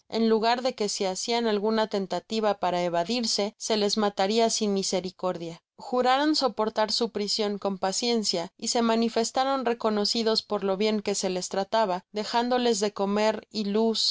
en lugar de que si hacían alguna tentativa para evadirse se les mataria sin misericordia juraron soportar su prision con paciencia y se manifestaron reconocidos por lo bien que se les trataba dejándoles de comer y luz pues